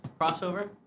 crossover